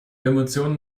emotionen